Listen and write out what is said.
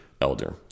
elder